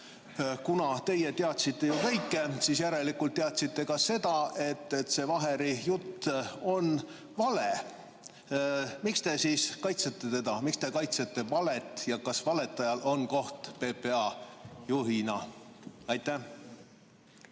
kuna teie teadsite ju kõike, siis järelikult teadsite ka seda, et see Vaheri jutt on vale. Miks te siis kaitsete teda, miks te kaitsete valetajat ja kas valetajal on õige töötada PPA juhina? Hea